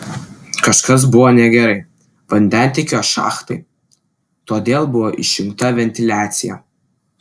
kažkas buvo negerai vandentiekio šachtai todėl buvo išjungta ventiliacija